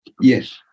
Yes